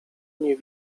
nie